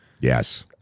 Yes